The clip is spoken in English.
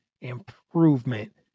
improvement